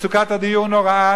מצוקת הדיור נוראה,